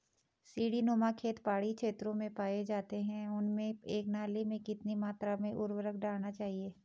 सीड़ी नुमा खेत पहाड़ी क्षेत्रों में पाए जाते हैं उनमें एक नाली में कितनी मात्रा में उर्वरक डालना चाहिए?